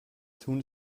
tun